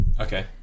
Okay